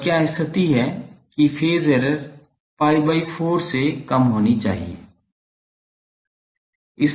और क्या स्थिति है कि फेज एरर pi by 4 से कम होनी चाहिए